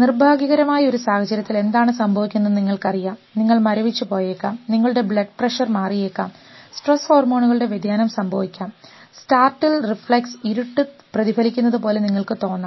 നിർഭാഗ്യകരമായ ഒരു സാഹചര്യത്തിൽ എന്താണ് സംഭവിക്കുന്നതെന്ന് നിങ്ങൾക്കറിയാം നിങ്ങൾ മരവിച്ച പോയേക്കാം നിങ്ങളുടെ ബ്ലഡ് പ്രഷർ മാറിയേക്കാം സ്ട്രസ്സ് ഹോർമോണുകളുടെ വ്യതിയാനം സംഭവിക്കാം സ്റ്റാർട്ടിൽ റിഫ്ലെക്സ് ഇരുട്ട് പ്രതിഫലിക്കുന്നത് പോലെ നിങ്ങൾക്ക് തോന്നാം